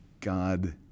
God